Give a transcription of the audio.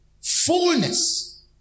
fullness